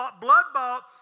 blood-bought